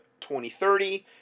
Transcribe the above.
2030